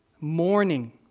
mourning